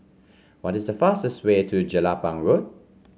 what is the fastest way to Jelapang Road